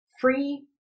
Free